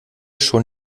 schon